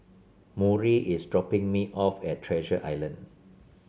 Murry is dropping me off at Treasure Island